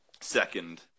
second